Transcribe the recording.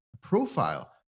profile